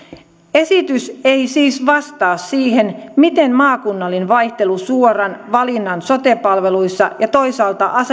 esitys ei siis vastaa siihen miten maakunnallinen vaihtelu suoran valinnan sote palveluissa ja toisaalta